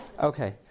Okay